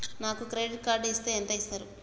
నాకు credit card ఇస్తే ఎంత ఇస్తరు?